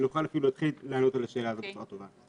כדי שנוכל אפילו להתחיל לענות על השאלה הזאת בצורה טובה.